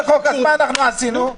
ומה עשינו?